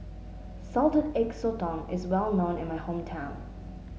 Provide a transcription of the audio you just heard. Salted Egg Sotong is well known in my hometown